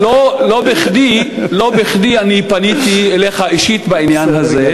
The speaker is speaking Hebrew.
לא בכדי אני פניתי אליך אישית בעניין הזה.